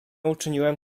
uczyniłem